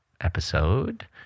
episode